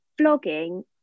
vlogging